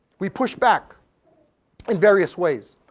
we push back in various ways,